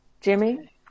Jimmy